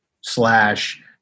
slash